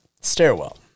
stairwell